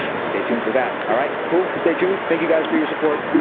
stay tuned for that all right cool stay tuned thank you guys for your support.